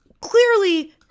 clearly